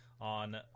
on